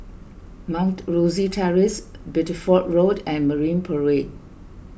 Mount Rosie Terrace Bideford Road and Marine Parade